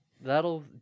That'll